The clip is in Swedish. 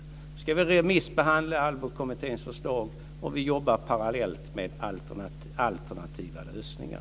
Vi ska remissbehandla Allbo-kommitténs förslag, och vi jobbar parallellt med alternativa lösningar.